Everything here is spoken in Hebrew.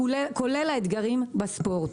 כולל האתגרים בספורט.